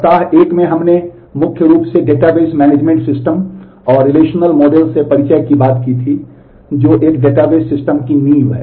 सप्ताह 1 में हमने मुख्य रूप से डेटाबेस मैनेजमेंट सिस्टम और रिलेशनल मॉडल से परिचय की बात की जो एक डेटाबेस सिस्टम की नींव है